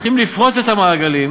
צריכים לפרוץ את המעגלים